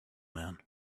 man